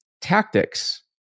tactics